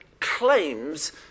claims